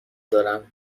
دارم